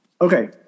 okay